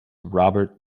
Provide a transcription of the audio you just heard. robert